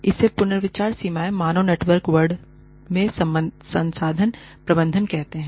इसे पुनर्विचार सीमाएँ मानव नेटवर्क वर्ल्ड में संसाधन प्रबंधन कहते हैं